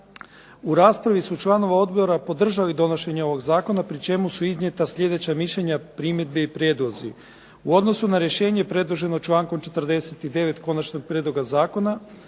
U raspravi su članovi odbora podržali donošenje ovog zakona pri čemu su iznijeta sljedeća mišljenja, primjedbe i prijedlozi. U odnosu na rješenje predloženo člankom 49. konačnog prijedloga zakona